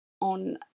on